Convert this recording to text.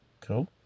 Cool